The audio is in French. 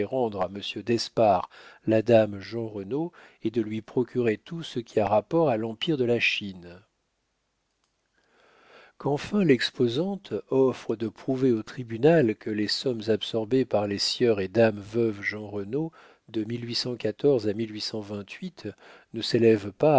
à monsieur d'espard la dame jeanrenaud est de lui procurer tout ce qui a rapport à l'empire de la chine qu'enfin l'exposante offre de prouver au tribunal que les sommes absorbées par les sieur et dame veuve jeanrenaud de à ne s'élèvent pas